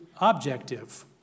objective